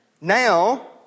now